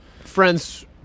friends